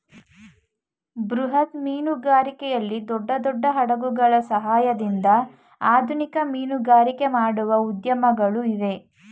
ಬೃಹತ್ ಮೀನುಗಾರಿಕೆಯಲ್ಲಿ ದೊಡ್ಡ ದೊಡ್ಡ ಹಡಗುಗಳ ಸಹಾಯದಿಂದ ಆಧುನಿಕ ಮೀನುಗಾರಿಕೆ ಮಾಡುವ ಉದ್ಯಮಗಳು ಇವೆ